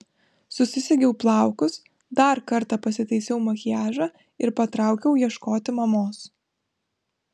susisegiau plaukus dar kartą pasitaisiau makiažą ir patraukiau ieškoti mamos